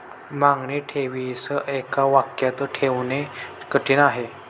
मागणी ठेवीस एका वाक्यात ठेवणे कठीण आहे